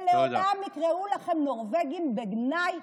ולעולם יקראו לכם "נורבגים" בגנאי,